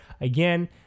Again